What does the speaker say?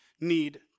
need